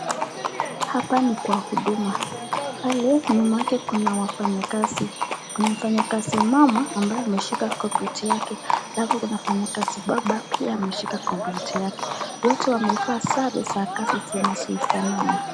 Hapa ni kwa huduma. Pale nyuma yake kuna wafanyakazi. Kuna mfanyakazi mmama ambaye ameshika kompyuta yake, alafu kuna mfanyakazi baba pia ameshika kompyuta yake. Wote wamevaa sare za kazi zinazofanana.